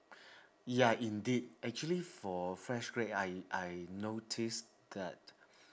ya indeed actually for fresh grad I I notice that